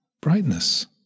brightness